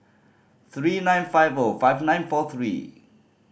three nine five five nine four three